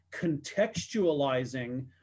contextualizing